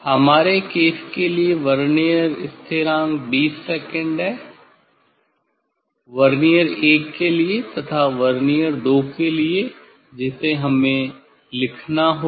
हमारे केस के लिए वर्नियर स्थिरांक 20 सेकंड है वर्नियर 1 के लिए तथा वर्नियर 2 के लिए जिसे हमें लिखना होगा